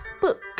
book